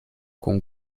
con